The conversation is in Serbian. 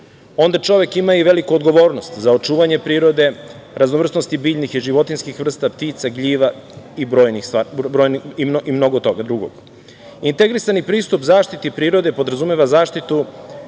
onda čovek ima i veliku odgovornost za očuvanje prirode, raznovrsnosti biljnih i životinjskih vrsta ptica, gljiva i mnogo toga drugog. Integrisani pristup zaštiti prirode podrazumeva zaštitu